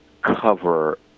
cover